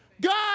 God